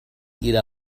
إلى